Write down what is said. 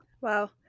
wow